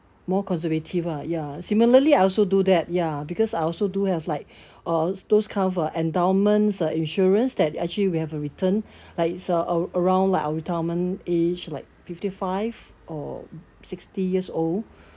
more conservative ah ya similarly I also do that ya because I also do have like uh those kind of endowments uh insurance that actually we have a return like it's uh around like around our retirement age like fifty five or sixty years old